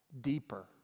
Deeper